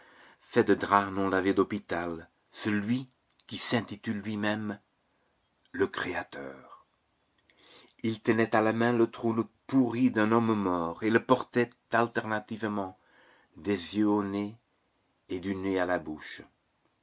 fait avec des draps non lavés d'hôpital celui qui s'intitule lui-même le créateur il tenait à la main le trône pourri d'un homme mort et le portait alternativement des yeux au nez et du nez à la bouche